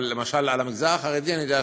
אבל למשל על המגזר החרדי אני יודע,